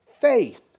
faith